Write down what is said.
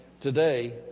Today